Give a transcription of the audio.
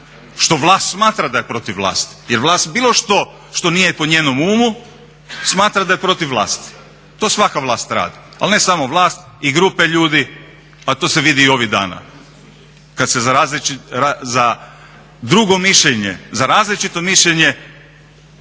Što vlast smatra da je protiv vlasti. Jer vlast bilo što što nije po njenom umu smatra da je protiv vlasti. To svaka vlast radi. Ali ne samo vlast i grupe ljudi a to se vidi i ovih dana kada se za drugo mišljenje, za različito mišljenje